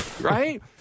Right